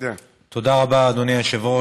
תודה רבה, אדוני היושב-ראש.